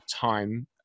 time